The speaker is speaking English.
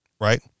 right